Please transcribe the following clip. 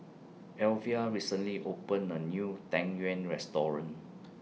Alvia recently opened A New Tang Yuen Restaurant